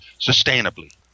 sustainably